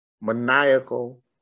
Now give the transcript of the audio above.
maniacal